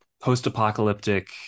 post-apocalyptic